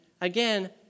again